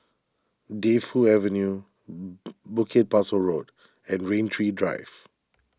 Defu Avenue Bukit Pasoh Road and Rain Tree Drive